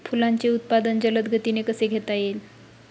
फुलांचे उत्पादन जलद गतीने कसे घेता येईल?